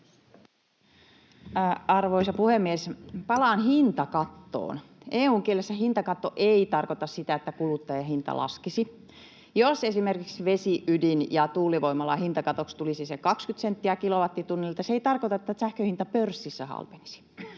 Arvoisa puhemies! Palaan hintakattoon. EU:n kielessä hintakatto ei tarkoita sitä, että kuluttajahinta laskisi. Jos esimerkiksi vesi‑, ydin‑ ja tuulivoimalan hintakatoksi tulisi se 20 senttiä kilowattitunnilta, se ei tarkoita, että sähkön hinta pörssissä halpenisi.